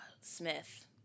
Smith